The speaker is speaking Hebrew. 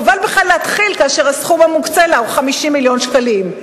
חבל בכלל להתחיל כאשר הסכום המוקצה לה הוא 50 מיליון שקלים.